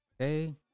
Okay